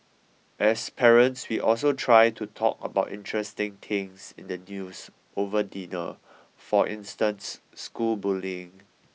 as parents we also try to talk about interesting things in the news over dinner for instance school bullying